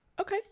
Okay